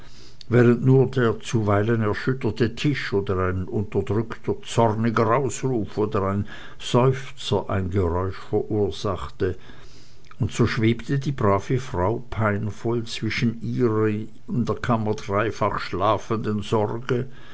nur zuweilen der erschütterte tisch oder ein unterdrückter zorniger ausruf oder ein seufzer ein geräusch verursachte und so schwebte die brave frau peinvoll zwischen ihrer in der kammer dreifach schlafenden sorge